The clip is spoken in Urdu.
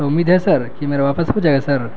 تو امید ہے سر کہ میرا واپس ہو جائے گا سر